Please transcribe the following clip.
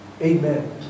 Amen